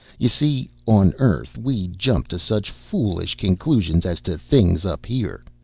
you see, on earth we jump to such foolish conclusions as to things up here.